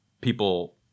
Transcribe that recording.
people